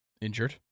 injured